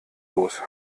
los